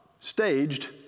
staged